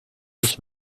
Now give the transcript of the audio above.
ich